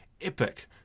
epic